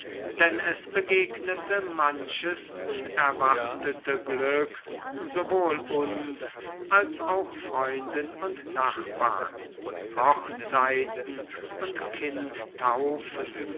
denn es begegnete manches unerwartete glück sowohl uns als auch freunden und nachbarn hochzeiten und